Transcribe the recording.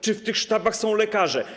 Czy w tych sztabach są lekarze?